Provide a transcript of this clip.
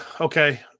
okay